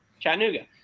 Chattanooga